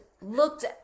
looked